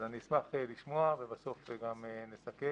ואני אשמח לשמוע, ובסוף גם נסכם.